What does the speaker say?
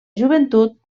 joventut